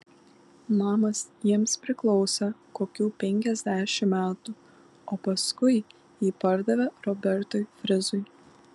namas jiems priklausė kokių penkiasdešimt metų o paskui jį pardavė robertui frizui